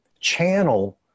channel